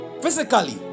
Physically